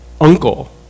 uncle